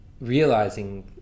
Realizing